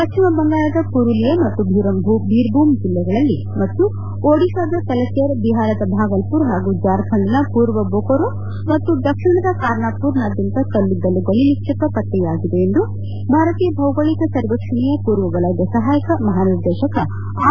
ಪಶ್ಚಿಮ ಬಂಗಾಳದ ಮರುಲಿಯಾ ಮತ್ತು ಭೀರ್ಭೂಮ್ ಜಿಲ್ಲೆಗಳಲ್ಲಿ ಮತ್ತು ಒಡಿತಾದ ತಲಚೇರ್ ಬಿಹಾರದ ಭಾಗಲ್ಪೂರ್ ಹಾಗೂ ಜಾರ್ಖಂಡ್ನ ಪೂರ್ವ ಬೊಕೊರೋ ಮತ್ತು ದಕ್ಷಿಣದ ಕಾರ್ನಾಪೂರ್ನಾದ್ಯಂತ ಕಲ್ಲಿದ್ದಲು ಗಣಿ ನಿಕ್ಷೇಪ ಪತ್ತೆಯಾಗಿದೆ ಎಂದು ಭಾರತೀಯ ಭೌಗೋಳಿಕ ಸರ್ವೇಕ್ಷಣೆಯ ಪೂರ್ವವಲಯದ ಸಹಾಯಕ ಮಹಾನಿರ್ದೇಶಕ ಆರ್